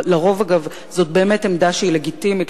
לרוב זאת באמת עמדה שהיא לגיטימית.